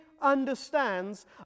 understands